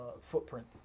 footprint